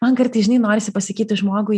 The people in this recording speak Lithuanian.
man kartais žinai norisi pasakyti žmogui